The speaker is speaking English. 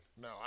No